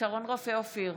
שרון רופא אופיר,